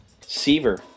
Seaver